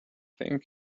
think